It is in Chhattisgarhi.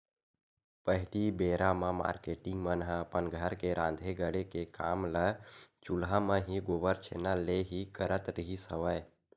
पहिली बेरा म मारकेटिंग मन ह अपन घर के राँधे गढ़े के काम ल चूल्हा म ही, गोबर छैना ले ही करत रिहिस हवय